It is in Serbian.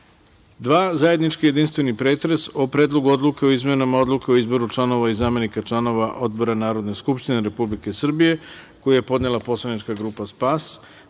Zajednički jedinstveni pretres o: Predlogu odluke o izmenama Odluke o izboru članova i zamenika članova odbora Narodne skupštine Republike Srbije, koji je podnela Poslanička grupa SPAS,